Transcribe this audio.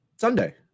Sunday